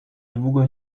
długo